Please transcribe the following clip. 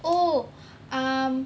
oh um